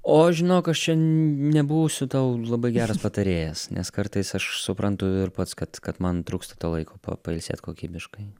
o žinok aš čia nebūsiu tau labai geras patarėjas nes kartais aš suprantu ir pats kad kad man trūksta to laiko pa pailsėt kokybiškai